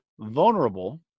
vulnerable